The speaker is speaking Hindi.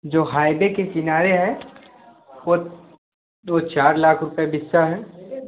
जो हाईवे के किनारे है वो चार लाख रुपये बिकता है